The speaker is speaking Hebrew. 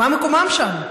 למה מקומם שם?